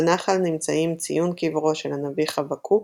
בנחל נמצאים ציון קברו של הנביא חבקוק,